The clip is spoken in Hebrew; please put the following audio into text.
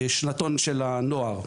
בשנתון של הנוער.